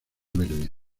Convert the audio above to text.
verde